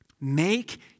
make